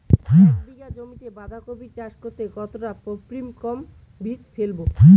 এক বিঘা জমিতে বাধাকপি চাষ করতে কতটা পপ্রীমকন বীজ ফেলবো?